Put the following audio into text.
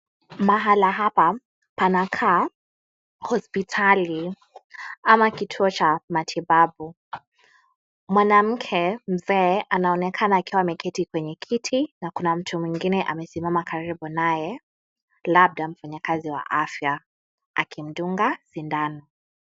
Mahala hapa panakaa hospitali ama kituo cha matibabu. Mwanamke mzee anaonekana akiwa ameketi penye kiti, na kuna mtu mwingine amesimama karibu naye labda mfanyakazi wa afya akimdunga sindano.